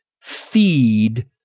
feed